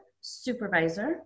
supervisor